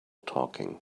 talking